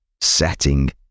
setting